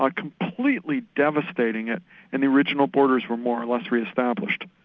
ah completely devastating it and the original borders were more or less re-established.